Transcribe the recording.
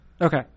Okay